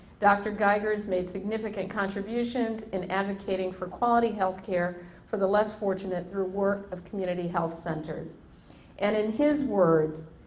dr. geiger made significant contributions in advocating for quality health care for the less fortunate through work of community health centers and in his words,